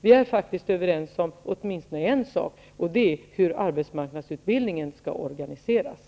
Vi är faktiskt överens om åtminstone en sak, nämligen hur arbetsmarknadsutbildningen skall organiseras.